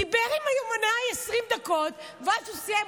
דיבר עם היומנאי 20 דקות ואז סיים,